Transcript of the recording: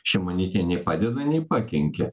šimonytei nei padeda nei pakenkia